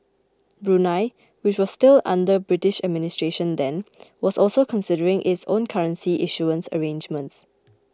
Brunei which was still under British administration then was also considering its own currency issuance arrangements